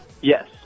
Yes